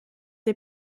des